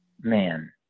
man